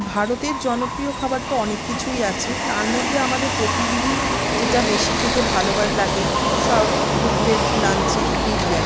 ভারতের জনপ্রিয় খাবার তো অনেককিছুই আছে তার মধ্যে আমাদের প্রতিদিনই যেটা বেশি খেতে ভালো বা লাগে সব দুপুরের লাঞ্চে বিরিয়ানি